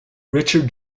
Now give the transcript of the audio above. richard